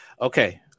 Okay